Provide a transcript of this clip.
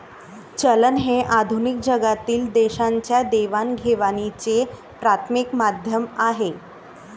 चलन हे आधुनिक जगातील देशांच्या देवाणघेवाणीचे प्राथमिक माध्यम आहे